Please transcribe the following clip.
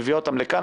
מביאה אותם לכאן,